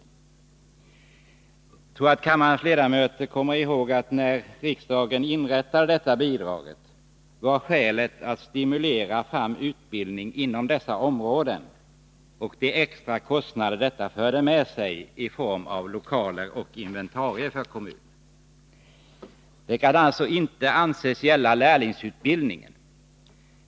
Jag tror att kammarens ledamöter kommer ihåg att när riksdagen inrättade detta bidrag var skälet att stimulera fram utbildning inom dessa områden och i någon mån täcka de extra kostnader detta förde med sig för kommunen i form av lokaler och inventarier. Detta kan alltså inte anses gälla lärlingsutbildningen.